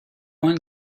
one